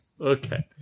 Okay